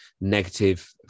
negative